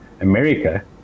america